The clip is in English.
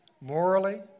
morally